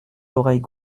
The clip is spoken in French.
l’oreille